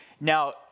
Now